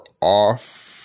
off